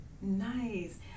Nice